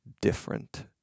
different